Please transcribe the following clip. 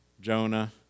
Jonah